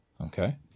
Okay